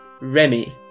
Remy